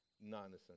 non-essential